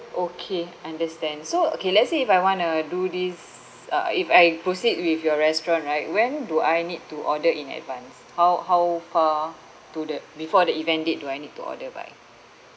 okay understand so okay let's say if I want to do this uh if I proceed with your restaurant right when do I need to order in advance how how far to the before the event date do I need to order by